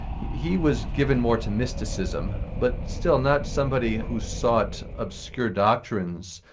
he he was given more to mysticism, but still not somebody who sought obscure doctrines,